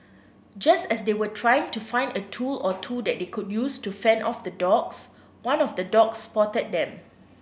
just as they were trying to find a tool or two that they could use to fend off the dogs one of the dogs spotted them